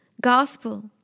gospel